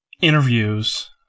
interviews